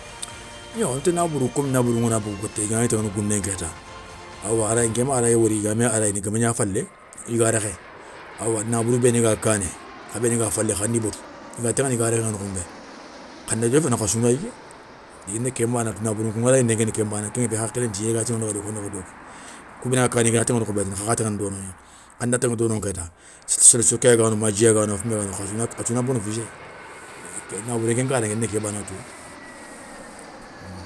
Yo nti nabourou comme nabouro ngana bogou i ganagni taŋana gounéŋa kéta. awa nké ma arayé wori i ga mé arayini geumagna falé yiga rékhé. Awa nabourou béni ga kané, kha béni ga kané, kha béni ga falé khandi botou i ga taŋana yiga rékheŋa nokhounbé, khanda diofé no khassou na yigué, na ken bana tou nabouroun kou ŋarayindé nz ken bana kengafé hakhilén tiya i ga tini won daga dokké, won daga doké, kou béni ga kané i gana taŋa nokhou bé i na kha kha taŋandini dono gna. anda taŋa donoŋa kéta, séli sokké yaga no ma dji yaga no khassou na bonoficéyi, na boure nké kara nké ni ké bana touwéyi.